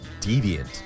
Deviant